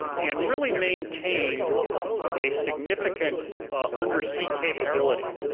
and really maintained a significant undersea capability.